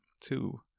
two